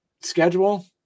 schedule